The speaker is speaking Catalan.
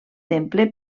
temple